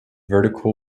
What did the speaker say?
vertical